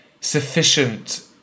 sufficient